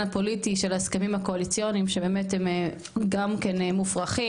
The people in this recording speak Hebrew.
הפוליטי של ההסכמים הקואליציוניים שבאמת הם גם כן מופרכים,